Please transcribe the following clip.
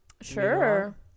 Sure